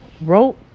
Wrote